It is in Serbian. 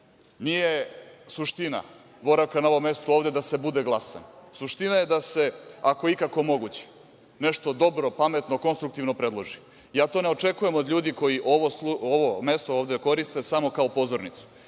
nije suština boravka na ovom mestu ovde da se bude glasan. Suština je da se, ako je ikako moguće, nešto dobro, pametno, konstruktivno predloži. Ja to ne očekujem od ljudi koji ovo mesto ovde koriste samo kao pozornicu.